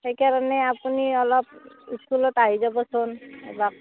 সেইকাৰণে আপুনি অলপ স্কুলত আহি যাবচোন এপাক